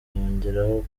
yongeraho